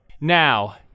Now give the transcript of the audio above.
Now